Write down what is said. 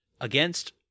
against-